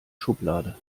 schublade